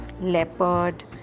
leopard